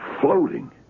floating